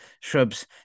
Shrubs